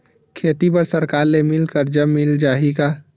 खेती बर सरकार ले मिल कर्जा मिल जाहि का?